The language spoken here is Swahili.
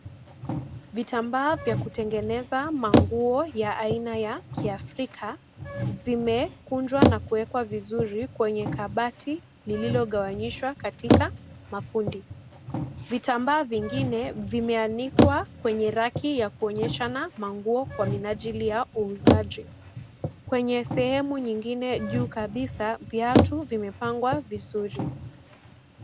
Vitambaa vya kutengeneza manguo ya aina ya kiafrika zimekunjwa na kuwekwa vizuri kwenye kabati lililogawanyishwa katika makundi. Vitambaa vingine vimeanikwa kwenye raki ya kuonyeshana manguo kwa minajili ya uuzaji. Kwenye sehemu nyingine juu kabisa viatu vimepangwa vizuri.